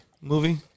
movie